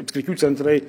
apskričių centrai